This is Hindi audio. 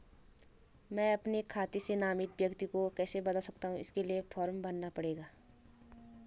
मैं अपने खाते से नामित व्यक्ति को कैसे बदल सकता हूँ इसके लिए फॉर्म भरना पड़ेगा?